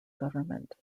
government